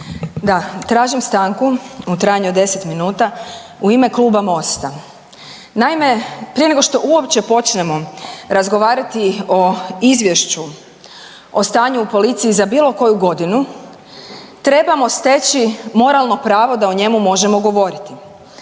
Da, tražim stanku u trajanju od 10 minuta u ime Kluba MOST-a. Naime, prije nego što uopće počnemo razgovarati o izvješću o stanju u policiji za bilo koju godinu trebamo steći moralno pravo da o njemu možemo govoriti.